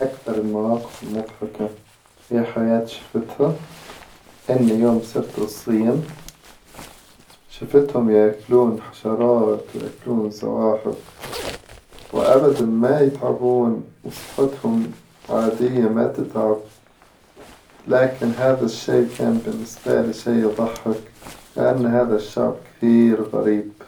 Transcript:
أكثر المواقف المظحكة في حياتي شفتها إني يوم صرت الصين شفتهم ياكلون حشرات وياكلون زواحف وأبداً ما يتعبون وصحتهم عادية ما تتعب، لكن هذا الشي كان بالنسبة لي شي يظحك لأن هذا الشعب كثير غريب.